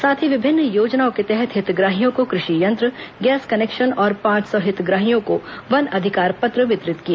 साथ ही विभिन्न योजनाओं के तहत हितग्राहियों को कृषि यंत्र गैस कनेक्शन और पांच सौ हितग्राहियों को वन अधिकार पत्र वितरित किए